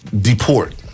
deport